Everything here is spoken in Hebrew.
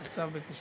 בצו בית-משפט.